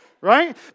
Right